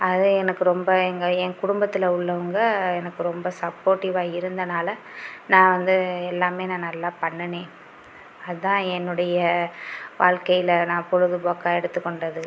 அதை எனக்கு ரொம்ப எங்கள் என் குடும்பத்தில் உள்ளவங்க எனக்கு ரொம்ப சப்போட்டிவ்வாக இருந்தனால் நான் வந்து எல்லாமே நான் நல்லா பண்ணினேன் அதுதான் என்னுடைய வாழ்க்கையில் நான் பொழுதுபோக்கா எடுத்துக்கொண்டது